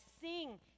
Sing